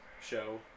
show